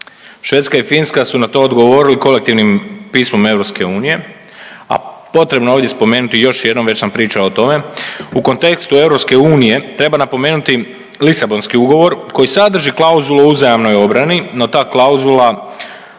Švedska i Finska su na to odgovorili kolektivnim pismom EU, a potrebno je ovdje spomenuti još jednom, već sam pričao o tome, u kontekstu EU treba napomenuti Lisabonski ugovor koji sadrži klauzulu o uzajamnoj obrani, no ta klauzula